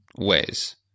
ways